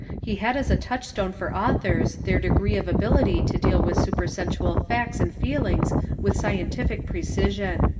he had as a touchstone for authors their degree of ability to deal with supersensual facts and feelings with scientific preci sion.